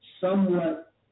somewhat